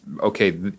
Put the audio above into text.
okay